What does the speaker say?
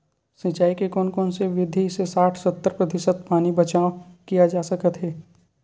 सिंचाई के कोन से विधि से साठ सत्तर प्रतिशत पानी बचाव किया जा सकत हे?